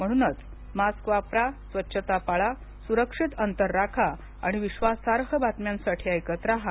म्हणूनच मास्क वापरा स्वच्छता पाळा सुरक्षित अंतर राखा आणि विश्वासार्ह बातम्यांसाठी ऐकत राहा